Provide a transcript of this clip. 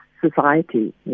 society